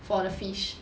for the fish